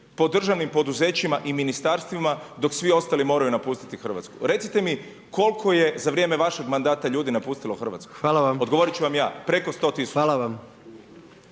po državnim poduzećima i ministarstvima dok svi ostali moraju napustiti Hrvatsku. Recite mi, koliko je za vrijeme vašeg mandata ljudi napustilo Hrvatsku? Odgovorit ću vam ja, preko 100 000.